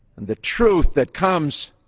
the truth that comes